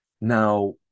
now